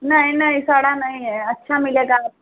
नहीं नहीं सड़ा नहीं है अच्छा मिलेगा आपको